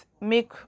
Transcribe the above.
make